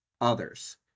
others